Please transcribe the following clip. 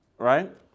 Right